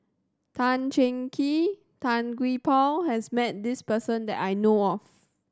Tan Cheng Kee Tan Gee Paw has met this person that I know of